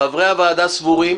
חברי הוועדה סבורים